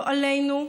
לא עלינו,